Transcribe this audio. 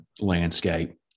landscape